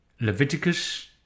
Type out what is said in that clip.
leviticus